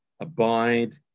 abide